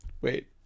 Wait